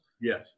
Yes